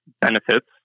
benefits